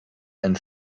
and